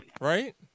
Right